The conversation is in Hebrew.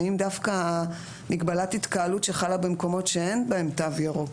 האם דווקא מגבלת התקהלות שחלה במקומות שאין בהם תו ירוק,